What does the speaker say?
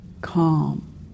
calm